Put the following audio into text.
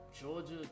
Georgia